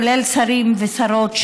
כולל שרים ושרות,